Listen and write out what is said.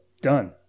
done